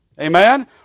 Amen